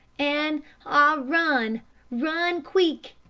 an' ah run run queek!